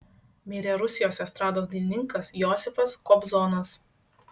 mirė rusijos estrados dainininkas josifas kobzonas